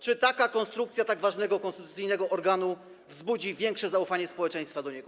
Czy taka konstrukcja tak ważnego konstytucyjnego organu wzbudzi większe zaufanie społeczeństwa do niego?